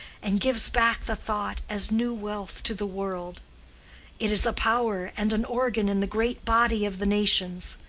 and gives back the thought as new wealth to the world it is a power and an organ in the great body of the nations.